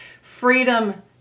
freedom